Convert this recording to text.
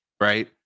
right